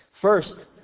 First